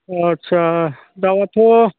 आच्चा दाउवाथ'